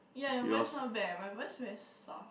yeah your voice not bad my voice very soft